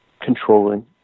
controlling